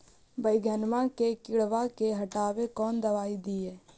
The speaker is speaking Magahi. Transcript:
बैगनमा के किड़बा के हटाबे कौन दवाई दीए?